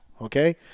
Okay